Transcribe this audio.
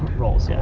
roles, yeah